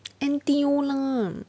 N_T_U lah